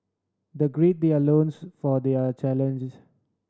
they gird their loins for their challenge